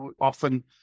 often